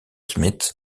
smith